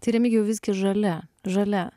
tai remigijau visgi žalia žalia